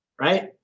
right